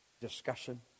discussion